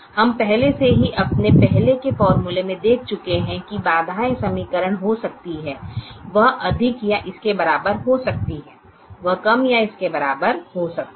हम पहले से ही अपने पहले के फॉर्मूले में देख चुके हैं कि बाधाए समीकरण हो सकती हैं वह अधिक या इसके बराबर हो सकती है वह कम या इसके बराबर हो सकती है